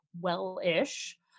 well-ish